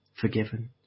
forgiven